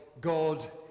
God